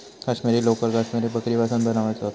काश्मिरी लोकर काश्मिरी बकरीपासुन मिळवतत